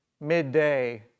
midday